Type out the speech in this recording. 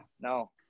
no